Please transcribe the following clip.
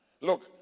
Look